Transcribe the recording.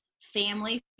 family